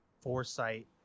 foresight